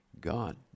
God